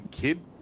kid